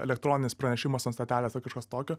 elektroninis pranešimas ant stotelės ar kažkas tokio